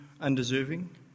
undeserving